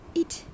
eat